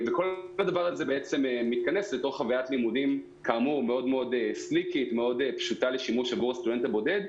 כל זה מתכנס לחוויית לימודים פשוטה מאוד לשימוש עבור הסטודנט הבודד,